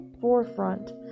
forefront